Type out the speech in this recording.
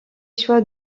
choix